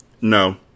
No